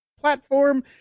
platform